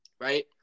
right